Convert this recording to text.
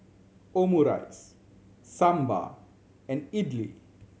Omurice Sambar and Idili